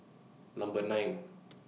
Number nine